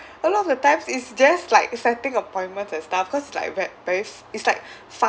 a lot of the times is just like setting appointments and stuff because it's ve~ very it's like fast